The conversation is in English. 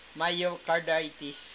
myocarditis